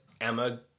Emma